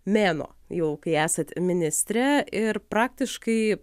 mėnuo jau kai esat ministrė ir praktiškai